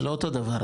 זה לא אותו דבר,